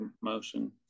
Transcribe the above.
Motion